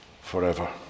forever